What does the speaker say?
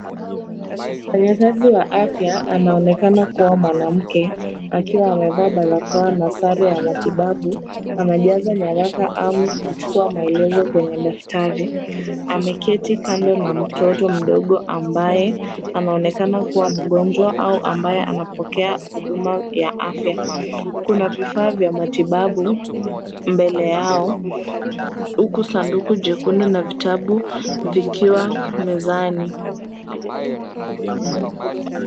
Mfanyakazi wa afya anaonekana kuwa mwanamke akiwa amevaa barakoa na sare ya matibabu. Anajaza nyaraka au kuchukua maelezo kwenye daftari. Ameketi kando na mtoto mdogo ambaye anaonekana kuwa mgonjwa au ambaye anapokea huduma ya afya. Kuna vifaa vya matibabu mbele yao huku sanduku jekundu na vitabu vikiwa mezani.